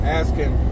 asking